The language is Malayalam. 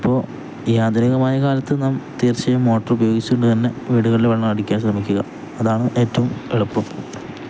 അപ്പോള് ഈയാധുനികമായ കാലത്തു നാം തീർച്ചയായും മോട്ടോർ ഉപയോഗിച്ചുകൊണ്ടുതന്നെ വീടുകളിൽ വെള്ളം അടിക്കാൻ ശ്രമിക്കുക അതാണ് ഏറ്റവും എളുപ്പം